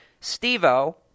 Steve-O